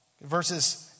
Verses